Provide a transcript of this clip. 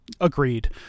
agreed